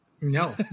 no